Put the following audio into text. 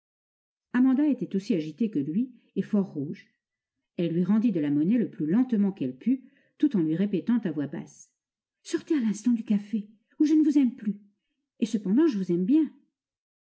amanda était aussi agitée que lui et fort rouge elle lui rendit de la monnaie le plus lentement qu'elle put tout en lui répétant à voix basse sortez à l'instant du café ou je ne vous aime plus et cependant je vous aime bien